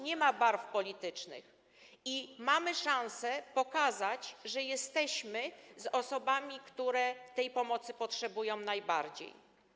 nie ma barw politycznych i mamy szansę pokazać, że jesteśmy z osobami, które tej pomocy potrzebują najbardziej.